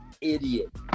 idiot